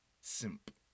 Simp